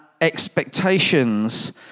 expectations